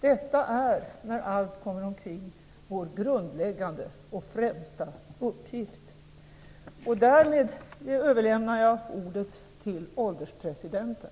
Detta är, när allt kommer omkring, vår grundläggande och främsta uppgift. Därmed överlämnar jag ordet till ålderspresidenten.